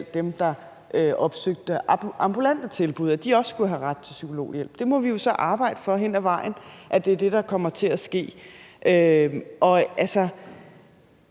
dem, der opsøgte ambulante tilbud, altså at de også skulle have ret til psykologhjælp. Det må vi jo så arbejde for hen ad vejen er det, der kommer til at ske. Jeg tror